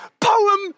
Poem